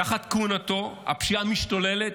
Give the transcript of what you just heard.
תחת כהונתו הפשיעה משתוללת,